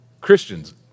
Christians